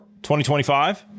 2025